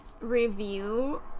Review